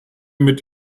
mit